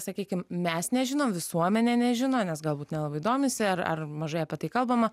sakykim mes nežinom visuomenė nežino nes galbūt nelabai domisi ar ar mažai apie tai kalbama